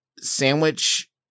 sandwich